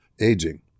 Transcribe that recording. aging